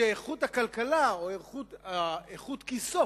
שאיכות הכלכלה או איכות כיסו